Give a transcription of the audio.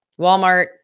Walmart